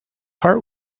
heart